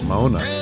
Mona